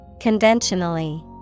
Conventionally